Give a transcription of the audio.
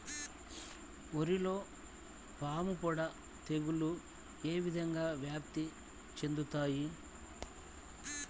వరిలో పాముపొడ తెగులు ఏ విధంగా వ్యాప్తి చెందుతాయి?